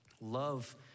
Love